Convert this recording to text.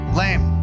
lame